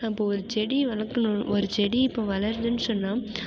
அப்போது ஒரு செடி வளர்க்கணும் ஒரு செடி இப்போது வளருதுனு சொன்னால்